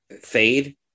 fade